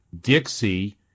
Dixie